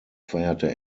feierte